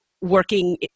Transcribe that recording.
working